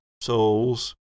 souls